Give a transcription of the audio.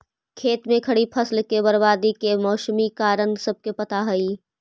खेत में खड़ी फसल के बर्बादी के मौसमी कारण सबके पता हइ